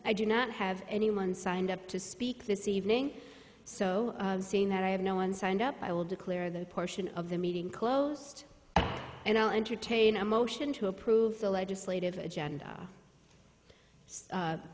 i do not have anyone signed up to speak this evening so seeing that i have no one signed up i will declare the portion of the meeting closed and i'll entertain a motion to approve the legislative agenda